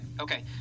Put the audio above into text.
okay